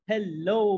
Hello